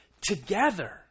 together